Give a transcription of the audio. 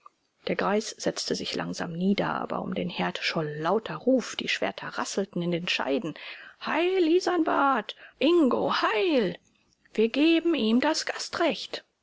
der greis setzte sich langsam nieder aber um den herd scholl lauter ruf die schwerter rasselten in den scheiden heil isanbart ingo heil wir geben ihm das gastrecht